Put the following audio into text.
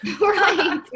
Right